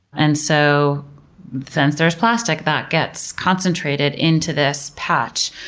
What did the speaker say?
and so since there's plastic, that gets concentrated into this patch.